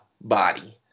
body